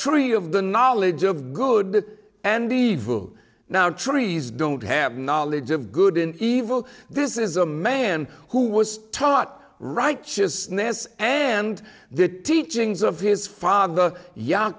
tree of the knowledge of good and evil now trees don't have knowledge of good and evil this is a man who was taught righteousness and the teachings of his father y